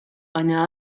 baina